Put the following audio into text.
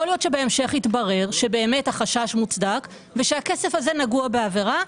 יכול להיות שבהמשך יתברר שהחשש מוצדק ושהכסף הזה נגוע בעבירה,